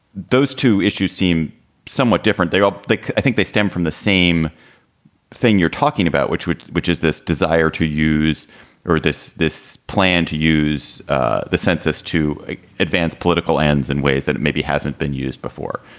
those two issues seem somewhat different. they um they i think they stem from the same thing you're talking about, which which which is this desire to use or this this plan to use the census to ah advance political ends in ways that it maybe hasn't been used before.